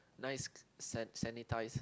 nice san~ sanitised